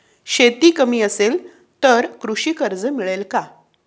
शेती कमी असेल तर कृषी कर्ज मिळेल का?